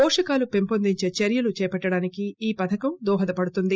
వోషకాలు పెంపొందించే చర్యలు చేపట్టడానికి ఈ పథకం దోహదపడుతుంది